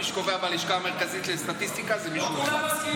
מי שקובע בלשכה המרכזית לסטטיסטיקה הוא מישהו אחד.